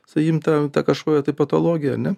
sakykim tą kažkokią tai patologiją ar ne